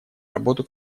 работу